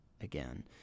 again